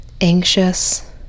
anxious